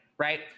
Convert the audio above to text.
right